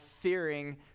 fearing